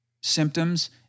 symptoms